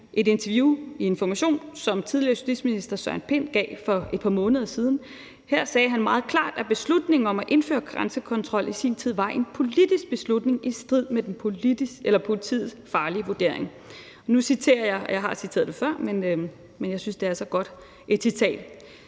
et interview i Information, som tidligere justitsminister Søren Pind gav for et par måneder siden. Her sagde han meget klart, at beslutningen om at indføre grænsekontrol i sin tid var en politisk beslutning i strid med politiets faglige vurdering. Nu citerer jeg, og jeg har citeret det før, men jeg synes, det er så godt et citat.